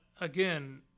again